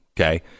okay